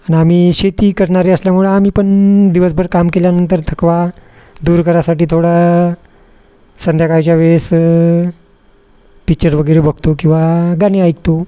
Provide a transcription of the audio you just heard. आणि आम्ही शेती करणारे असल्यामुळं आम्ही पण दिवसभर काम केल्यानंतर थकवा दूर करायसाठी थोडा संध्याकाळच्या वेळेस पिच्चर वगैरे बघतो किंवा गाणी ऐकतो